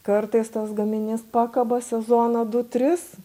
kartais tas gaminys pakaba sezoną du tris